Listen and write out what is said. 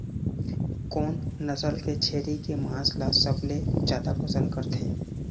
कोन नसल के छेरी के मांस ला सबले जादा पसंद करथे?